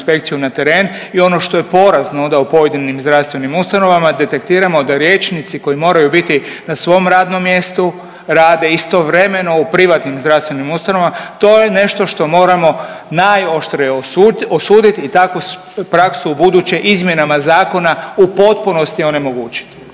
inspekciju na teren i ono što je porazno ona u pojedinim zdravstvenim ustanovama detektiramo da liječnici koji moraju biti na svom radnom mjestu rade istovremeno u privatnim zdravstvenim ustanovama. To je nešto što moramo najoštrije osuditi i takvu praksu ubuduće izmjenama zakona u potpunosti onemogućiti.